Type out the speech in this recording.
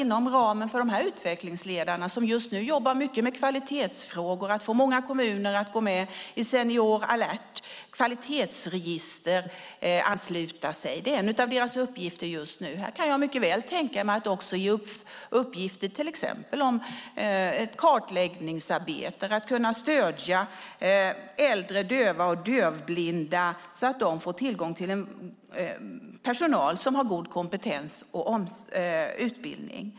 Inom ramen för utvecklingsledarna, som just nu jobbar mycket med kvalitetsfrågor, är det naturligtvis också möjligt att få många kommuner att gå med i Senior Alert och kvalitetsregisteransluta sig. Det är en av deras uppgifter just nu. Jag kan mycket väl tänka mig att ge uppgifter om till exempel ett kartläggningsarbete, att kunna stödja äldre döva och dövblinda så att de får tillgång till personal som har god kompetens och utbildning.